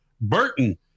Burton